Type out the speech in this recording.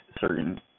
certain